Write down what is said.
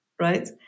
right